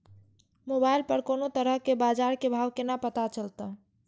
Mobile पर कोनो तरह के बाजार के भाव केना पता चलते?